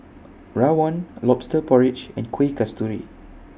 Rawon Lobster Porridge and Kuih Kasturi